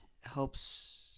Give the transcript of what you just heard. helps –